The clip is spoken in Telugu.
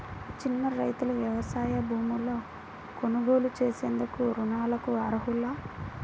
చిన్న రైతులు వ్యవసాయ భూములు కొనుగోలు చేసేందుకు రుణాలకు అర్హులా?